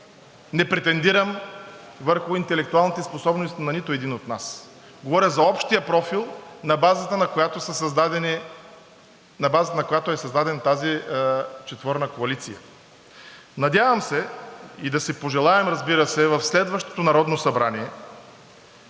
не претендирам върху интелектуалните способности на нито един от нас, говоря за общия профил на базата, на която е създадена тази четворна коалиция. Надявам се и да си пожелаем, разбира се, в следващото Народно събрание,